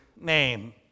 name